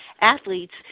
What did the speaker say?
athletes